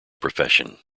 profession